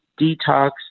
detox